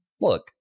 look